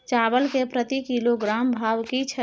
चावल के प्रति किलोग्राम भाव की छै?